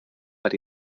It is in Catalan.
per